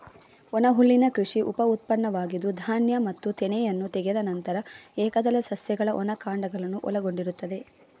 ಒಣಹುಲ್ಲಿನ ಕೃಷಿ ಉಪ ಉತ್ಪನ್ನವಾಗಿದ್ದು, ಧಾನ್ಯ ಮತ್ತು ತೆನೆಯನ್ನು ತೆಗೆದ ನಂತರ ಏಕದಳ ಸಸ್ಯಗಳ ಒಣ ಕಾಂಡಗಳನ್ನು ಒಳಗೊಂಡಿರುತ್ತದೆ